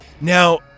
Now